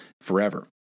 forever